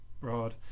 broad